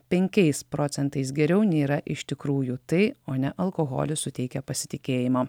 penkiais procentais geriau nei yra iš tikrųjų tai o ne alkoholis suteikia pasitikėjimo